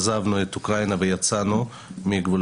עזבנו את אוקראינה ויצאנו מגבולותיה.